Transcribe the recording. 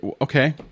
okay